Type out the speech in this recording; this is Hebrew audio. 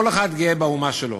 כל אחד גאה באומה שלו.